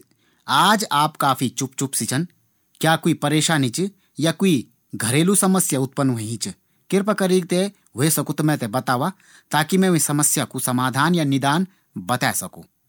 आज आप काफ़ी चुप-चुप सी छन। क्या कुई परेशानी च या कुई घरेलू समस्या उत्पन्न होंई च? कृपया करीक थें ह्वे सकू त मैं थें बतावा। ताकि मैं वीं समस्या कू समाधान या निदान बते सकू।